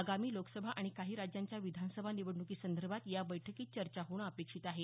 आगामी लोकसभा आणि काही राज्यांच्या विधानसभा निवडणूकी संदर्भात या बैठकीत चर्चा होणं अपेक्षित आहे